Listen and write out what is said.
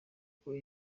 kuko